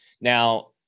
Now